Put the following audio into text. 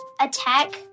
attack